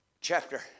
chapter